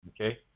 okay